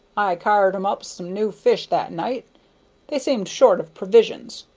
i car'd em up some new fish that night they seemed short of provisions.